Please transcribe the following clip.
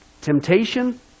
Temptation